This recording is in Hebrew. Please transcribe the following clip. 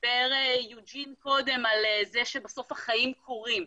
דיבר יוג'ין קודם שבסוף החיים קורים.